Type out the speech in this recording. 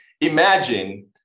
imagine